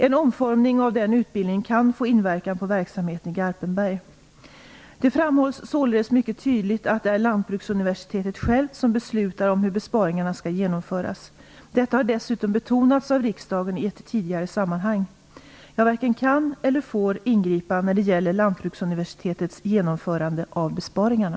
En omformning av den utbildningen kan få inverkan på verksamheten i Garpenberg. Det framhålls således mycket tydligt att det är Lantbruksuniversitetet självt som beslutar om hur besparingarna skall genomföras. Detta har dessutom betonats av riksdagen i ett tidigare sammanhang. Jag varken kan eller får ingripa när det gäller Lantbruksuniversitetets genomförande av besparingarna.